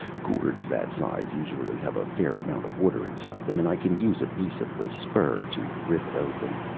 gourds that size usually have a fair amount of water inside them and i can use a piece of the spur to rip it open